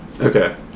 Okay